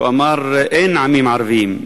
הוא אמר: אין עמים ערביים,